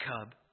cub